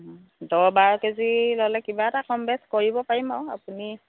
দহ বাৰ কেজি ল'লে কিবা এটা কম বেছ কৰিব পাৰিম আৰু আপুনি